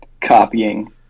copying